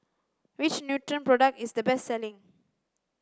which Nutren product is the best selling